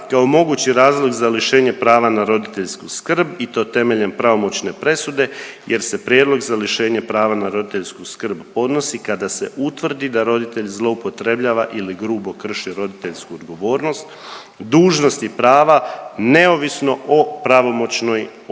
kao mogući razlog za lišenje prava na roditeljsku skrb i to temeljem pravomoćne presude jer se prijedlog za lišenje prava na roditeljsku skrb odnosi kada se utvrdi da roditelj zloupotrebljava ili grubo krši roditeljsku odgovornost, dužnost i prava neovisno o pravomoćnoj sudskoj